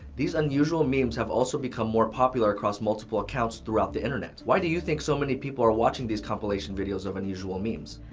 these unusual memes have also become more popular across multiple accounts throughout the internet. why do you think so many people are watching these compilation videos of unusual memes?